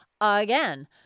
again